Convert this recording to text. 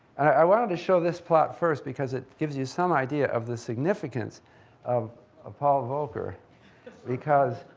i wanted to show this plot first because it gives you some idea of the significance of of paul volcker because